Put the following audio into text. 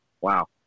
Wow